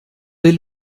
dès